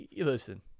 Listen